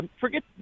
Forget